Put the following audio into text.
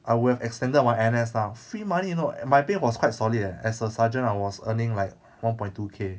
I would have extended my N_S lah free money you know my pay was quite solid eh as a sergeant I was earning like one point two K